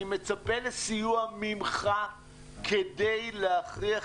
אני מצפה לסיוע ממך כדי להכריח.